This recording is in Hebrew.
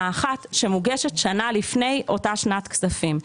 אחת שמוגשת שנה לפני אותה שנת כספים.